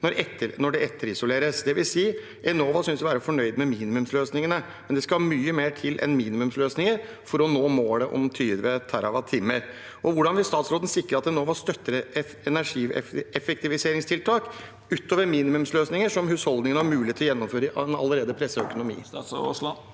når det etterisoleres. Det vil si at Enova synes å være fornøyd med minimumsløsningene, men det skal mye mer til enn minimumsløsninger for å nå målet om 20 TWh. Hvordan vil statsråden sikre at Enova støtter energieffektiviseringstiltak utover minimumsløsninger, som husholdningene har mulighet til å gjennomføre i en allerede presset økonomi?